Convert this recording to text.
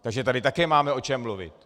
Takže tady také máme o čem mluvit.